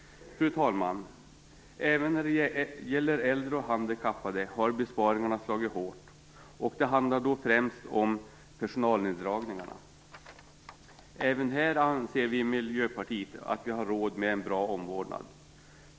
Fru talman! Även när det gäller äldre och handikappade har besparingarna slagit hårt. Det handlar då främst om personalneddragningarna. Även här anser vi i Miljöpartiet att vi måste ha råd med en bra omvårdnad.